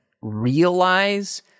realize